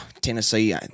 Tennessee